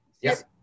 yes